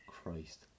Christ